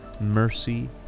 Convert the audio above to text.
mercy